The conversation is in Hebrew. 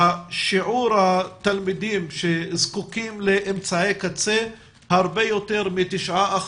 שיעור התלמידים שזקוקים לאמצעי קצה הוא הרבה יותר מ-9%,